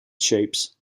shapes